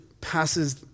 passes